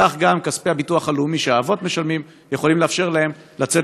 כך גם כספי הביטוח הלאומי שהאבות משלמים יכולים לאפשר להם לצאת